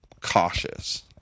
cautious